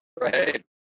Right